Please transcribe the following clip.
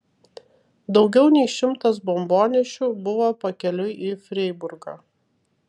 daugiau nei šimtas bombonešių buvo pakeliui į freiburgą